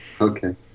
Okay